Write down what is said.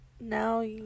now